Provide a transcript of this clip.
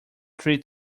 three